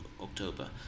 October